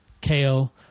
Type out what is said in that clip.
kale